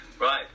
Right